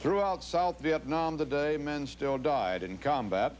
throughout south vietnam the day men still died in combat